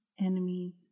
Enemies